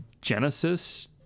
Genesis